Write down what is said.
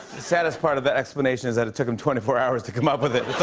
the saddest part of that explanation is that it took him twenty four hours to come up with it.